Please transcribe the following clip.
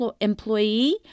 employee